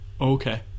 Okay